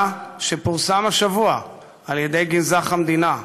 שפורסם השבוע על ידי גנזך המדינה,